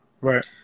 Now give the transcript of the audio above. Right